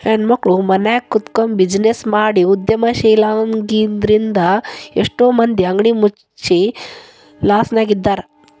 ಹೆಣ್ಮಕ್ಳು ಮನ್ಯಗ ಕುಂತ್ಬಿಜಿನೆಸ್ ಮಾಡಿ ಉದ್ಯಮಶೇಲ್ರಾಗಿದ್ರಿಂದಾ ಎಷ್ಟೋ ಮಂದಿ ಅಂಗಡಿ ಮುಚ್ಚಿ ಲಾಸ್ನ್ಯಗಿದ್ದಾರ